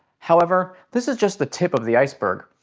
however, this is just the tip of the iceberg.